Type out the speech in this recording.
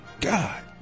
God